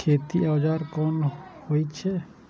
खेती औजार कोन कोन होई छै?